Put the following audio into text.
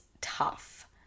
tough